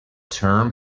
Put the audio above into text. term